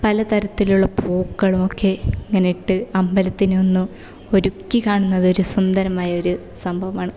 പല തരത്തിലുള്ള പൂക്കളും ഒക്കെ ഇങ്ങനെ ഇട്ട് അമ്പലത്തിനെ ഒന്ന് ഒരുക്കി കാണുന്നത് ഒരു സുന്ദരമായ ഒരു സംഭവമാണ്